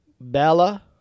Bella